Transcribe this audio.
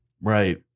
Right